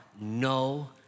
no